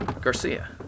Garcia